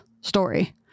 story